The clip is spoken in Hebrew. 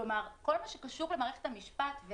כלומר כל מה שקשור למערכת המשפט,